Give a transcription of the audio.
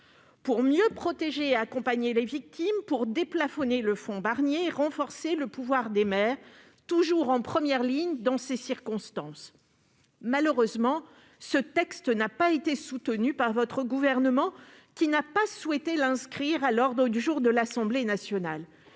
à mieux protéger et accompagner les victimes, à déplafonner le fonds Barnier et à renforcer le pouvoir des maires, toujours en première ligne dans ces circonstances. Malheureusement, ce texte n'a pas été soutenu par votre gouvernement, qui n'a pas souhaité l'inscrire à l'ordre du jour de l'Assemblée nationale.